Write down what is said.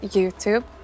Youtube